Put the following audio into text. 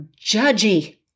judgy